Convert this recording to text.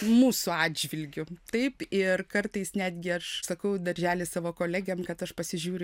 mūsų atžvilgiu taip ir kartais netgi aš sakau daržely savo kolegėm kad aš pasižiūriu